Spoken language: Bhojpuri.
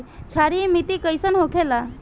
क्षारीय मिट्टी कइसन होखेला?